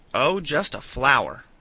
oh, just a flower!